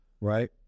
right